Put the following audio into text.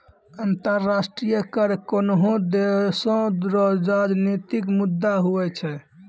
अंतर्राष्ट्रीय कर कोनोह देसो रो राजनितिक मुद्दा हुवै छै